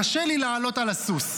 קשה לי לעלות על הסוס,